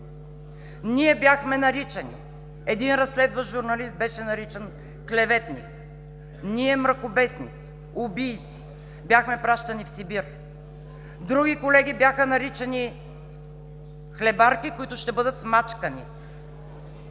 Ние бяхме наричани – един разследващ журналист беше наричан „клеветник“, ние „мракобесници, убийци“, бяхме пращани в Сибир, други колеги бяха наричани „хлебарки“, които ще бъдат смачкани.